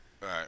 Right